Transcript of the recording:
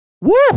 Woo